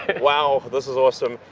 wow, this is awesome.